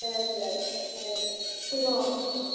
சரி சரி சரி தேங்க் யூ